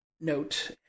Note